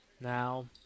now